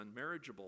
unmarriageable